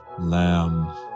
Lamb